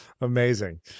Amazing